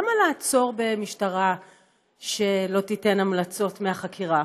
למה לעצור במשטרה שלא תיתן המלצות מהחקירה?